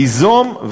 ליזום,